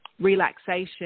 relaxation